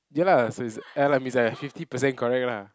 ya lah so it's means I fifty percent correct lah